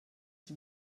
die